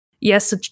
yes